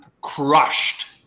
crushed